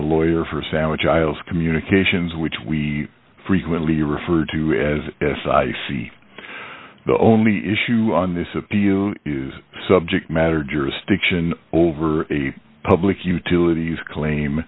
the lawyer for a sandwich isles communications which we frequently refer to as s i c p the only issue on this appeal is subject matter jurisdiction over a public utilities claim